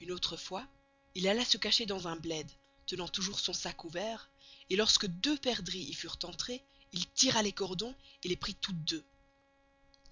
une autre fois il alla se cacher dans un blé tenant toûjours son sac ouvert et lorsque deux perdrix y furent entrées il tira les cordons et les prit toutes deux